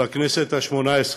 בכנסת השמונה-עשרה,